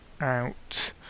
out